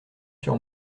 sur